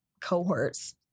cohorts